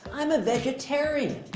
i'm a vegetarian.